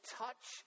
touch